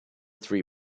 three